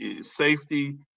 safety